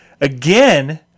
again